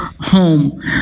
home